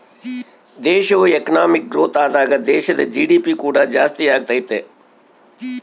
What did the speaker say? ದೇಶವು economic growth ಆದಾಗ ದೇಶದ ಜಿ.ಡಿ.ಪಿ ಕೂಡ ಜಾಸ್ತಿಯಾಗತೈತೆ